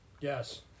Yes